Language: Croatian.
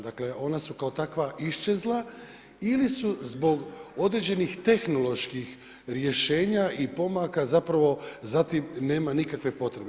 Dakle, one su kao takva iščezla ili su zbog određenih tehnoloških rješenja i pomaka zapravo za tim nema nikakve potrebe.